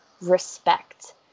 respect